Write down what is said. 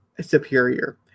superior